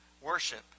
worship